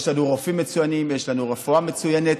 יש לנו רופאים מצוינים, יש לנו רפואה מצוינת,